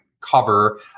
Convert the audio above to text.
cover